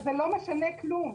זה לא משנה כלום.